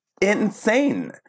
insane